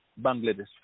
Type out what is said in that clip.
Bangladesh